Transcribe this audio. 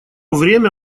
время